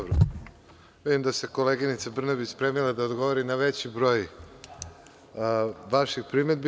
Vidim da se koleginica Brnabić spremila da odgovori na veći broj vaših primedbi.